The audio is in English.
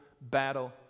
battle